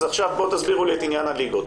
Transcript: אז עכשיו בואו תסבירו לי את עניין הליגות,